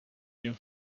you